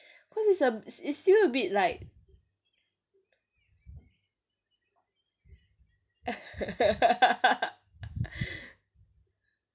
cause it's a it's still a bit like